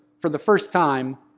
for the first time,